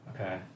Okay